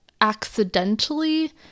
accidentally